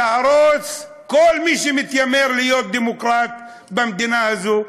אהרוס את כל מי שמתיימר להיות דמוקרט במדינה הזאת.